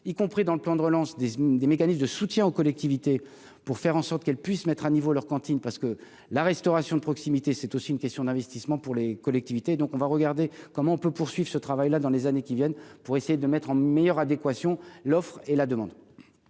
y compris dans le plan de relance des des mécanismes de soutien aux collectivités pour faire en sorte qu'elle puisse mettre à niveau leur cantine parce que la restauration de proximité, c'est aussi une question d'investissement pour les collectivités donc on va regarder comment on peut poursuivre ce travail là, dans les années qui viennent pour essayer de mettre en meilleure adéquation l'offre et la demande.